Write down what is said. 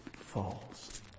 falls